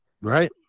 Right